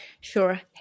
Sure